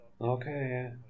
okay